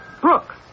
Brooks